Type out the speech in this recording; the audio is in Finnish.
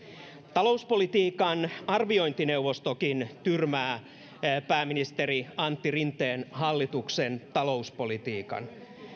talouspolitiikan arviointineuvostokin tyrmää pääministeri antti rinteen hallituksen talouspolitiikan